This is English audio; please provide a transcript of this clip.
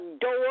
door